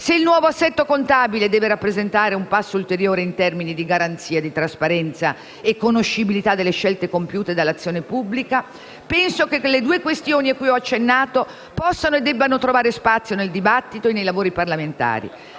Se il nuovo assetto contabile deve rappresentare un passo ulteriore in termini di garanzia di trasparenza e conoscibilità delle scelte compiute dall'azione pubblica, penso che le due questioni cui ho accennato possano e debbano trovare spazio nel dibattito e nei lavori parlamentari.